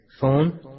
Phone